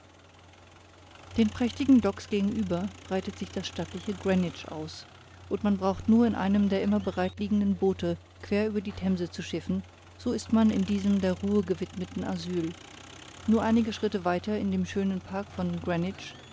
den prächtigen docks gegenüber breitet sich das stattliche greenwich aus und man braucht nur in einem der immer bereit liegenden boote quer über die themse zu schiffen so ist man in diesem der ruhe gewidmeten asyl nur einige schritte weiter in dem schönen park von